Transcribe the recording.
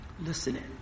listening